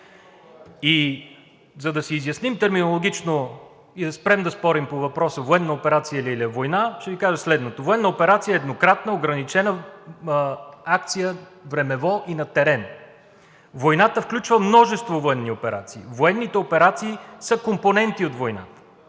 За да си изясним терминологично и да спрем да спорим по въпроса военна операция ли е, или война, ще Ви кажа следното: военна операция е еднократна ограничена акция времево и на терен. Войната включва множество военни операции. Военните операции са компоненти от войната.